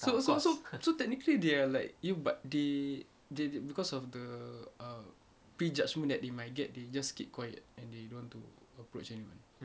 so so so so technically they are like you but they they because of the err pre-judgement that they might get they just keep quiet and they don't want to approach anyone